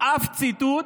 ציטוט